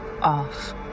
off